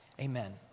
amen